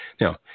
Now